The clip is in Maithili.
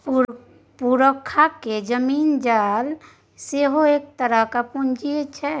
पुरखाक जमीन जाल सेहो एक तरहक पूंजीये छै